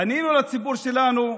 פנינו לציבור שלנו,